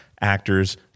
actors